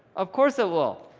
of course it will,